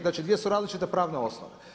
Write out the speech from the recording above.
Znači dvije su različite pravne osnove.